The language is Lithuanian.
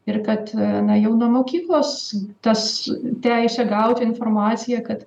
ir kad na jau nuo mokyklos tas teisė gauti informaciją kad